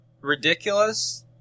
ridiculous